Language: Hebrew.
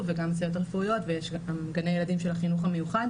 וגם סייעות רפואיות ויש גם גני ילדים של החינוך המיוחד.